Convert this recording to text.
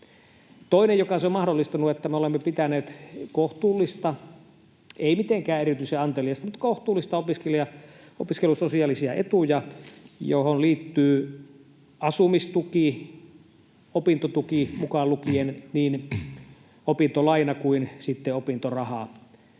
Toinen, joka sen on mahdollistanut, on, että me olemme pitäneet kohtuullisia — ei mitenkään erityisen anteliaita mutta kohtuullisia — opiskelusosiaalisia etuja, joihin liittyvät asumistuki ja opintotuki, mukaan lukien niin opintolaina kuin opintoraha.